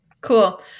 cool